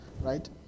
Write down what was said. right